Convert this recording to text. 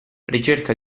ricerca